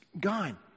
gone